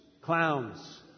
Clowns